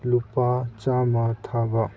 ꯂꯨꯄꯥ ꯆꯥꯝꯃ ꯊꯥꯕ